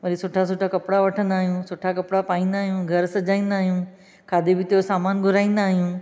वरी सुठा सुठा कपिड़ा वठंदा आहियूं सुठा कपिड़ा पाईंदा आहियूं घर सजाईंदा आहियूं खाधे पीते जो सामान घुराईंदा आहियूं